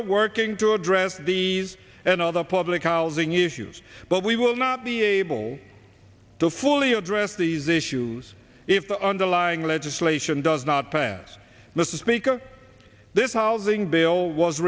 are working to address these and other public housing issues but we will not be able to fully address these issues if the underlying legislation does not pass mr speaker this solving bill was